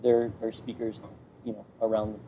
there are speakers around